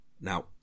Now